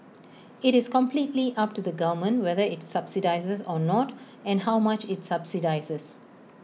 IT is completely up to the government whether IT subsidises or not and how much IT subsidises